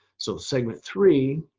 so segment three,